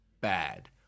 bad